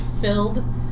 filled